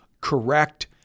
correct